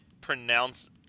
pronounce